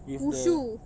with the